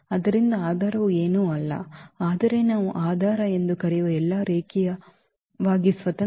ಆದ್ದರಿಂದ ಆಧಾರವು ಏನೂ ಅಲ್ಲ ಆದರೆ ನಾವು ಆಧಾರ ಎಂದು ಕರೆಯುವ ಎಲ್ಲಾ ರೇಖೀಯವಾಗಿ ಸ್ವತಂತ್ರ ವಾಹಕಗಳನ್ನು ಹೊಂದಿರುವ spanning set